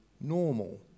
normal